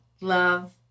love